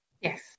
Yes